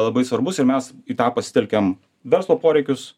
labai svarbus ir mes į tą pasitelkiam verslo poreikius